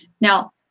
Now